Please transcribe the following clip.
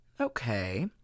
Okay